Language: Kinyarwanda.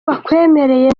bakwemereye